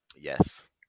Yes